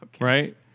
Right